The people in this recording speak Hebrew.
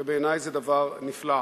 ובעיני זה דבר נפלא.